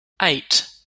eight